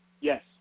Yes